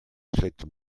cette